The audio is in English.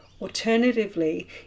Alternatively